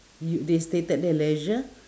yo~ they stated there leisure